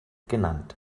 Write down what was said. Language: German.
genannt